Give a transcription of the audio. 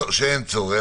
שאין צורך,